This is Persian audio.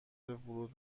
ورود